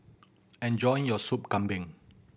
enjoy your Soup Kambing